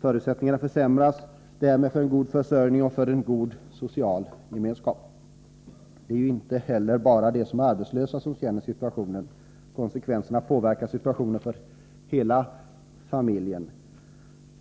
Förutsättningarna försämras därmed för en god försörjning och för en god social gemenskap. Det är ju inte heller bara de som är arbetslösa som känner av situationen. Konsekvenserna påverkar situationen för hela familjer.